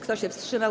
Kto się wstrzymał?